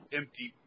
empty